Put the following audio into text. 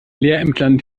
lehrämtlern